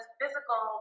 physical